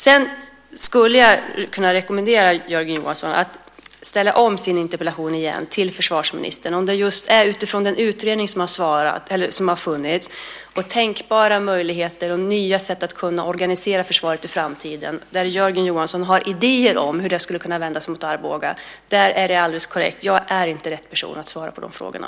Jag skulle kunna rekommendera Jörgen Johansson att ställa om sin interpellation till försvarsministern. Om den just är utifrån den utredning som har funnits, tänkbara möjligheter och nya sätt att kunna organisera försvaret i framtiden, där Jörgen Johansson har idéer om hur det skulle kunna vändas mot Arboga, är det alldeles korrekt att jag inte är rätt person att svara på de frågorna.